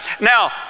Now